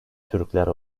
türkler